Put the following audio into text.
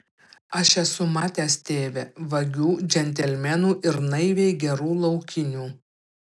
aš esu matęs tėve vagių džentelmenų ir naiviai gerų laukinių